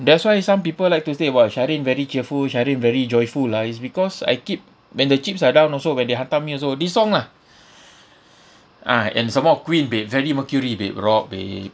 that's why some people like to say about shahrin very cheerful shahrin very joyful ah is because I keep when the chips are down also when they hantam me also this song lah ah and some more queen babe freddie mercury babe rock babe